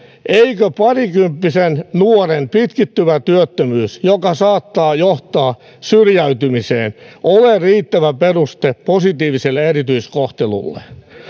eikö parikymppisen nuoren pitkittyvä työttömyys joka saattaa johtaa syrjäytymiseen ole riittävä peruste positiiviselle erityiskohtelulle